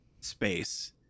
space